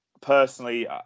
personally